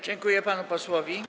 Dziękuję panu posłowi.